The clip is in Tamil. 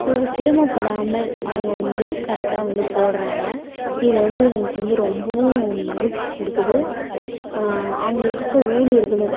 இவங்க சிரமப்படாமல் அவங்க வந்து கரெக்டாக வந்து போடுறாங்க இதை வந்து எங்களுக்கு வந்து ரொம்பவும் மகிழ்ச்சி கொடுக்குது அங்கே இருக்க ஊழியர்களும்